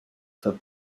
for